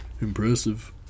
Impressive